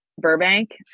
Burbank